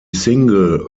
single